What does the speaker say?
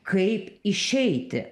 kaip išeiti